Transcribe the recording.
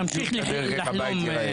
תמשיך לחלום.